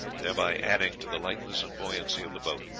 thereby adding to the lightness and buoyancy of the boat.